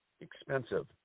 expensive